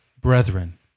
Brethren